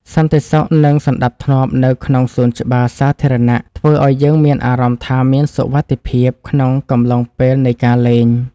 សន្តិសុខ និងសណ្តាប់ធ្នាប់នៅក្នុងសួនច្បារសាធារណៈធ្វើឱ្យយើងមានអារម្មណ៍ថា មានសុវត្ថិភាពក្នុងកំឡុងពេលនៃការលេង។